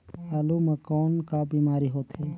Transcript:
आलू म कौन का बीमारी होथे?